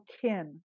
kin